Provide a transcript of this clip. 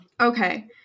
Okay